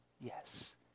Yes